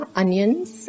onions